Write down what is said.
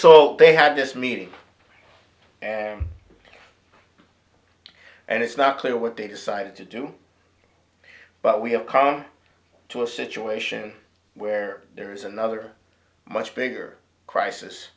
so they had this meeting and it's not clear what they decided to do but we have come to a situation where there is another much bigger crisis